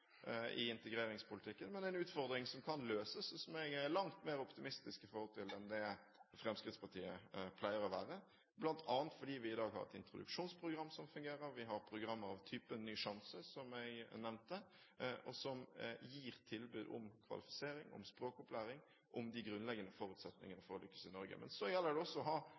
i integreringspolitikken. Men det er en utfordring som kan løses, og som jeg er langt mer optimistisk i forhold til enn det Fremskrittspartiet pleier å være, bl.a. fordi vi i dag har et introduksjonsprogram som fungerer, vi har program av typen Ny sjanse, som jeg nevnte, som gir tilbud om kvalifisering, om språkopplæring og om de grunnleggende forutsetningene for å lykkes i Norge. Men så gjelder det også å